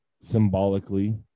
symbolically